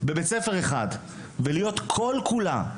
בבית ספר אחד ולהיות כל כולה,